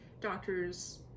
doctors